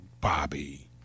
Bobby